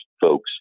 folks